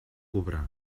obrar